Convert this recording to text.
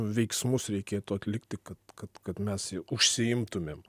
veiksmus reikėtų atlikti kad kad kad mes ju užsiimtumėm